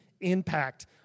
impact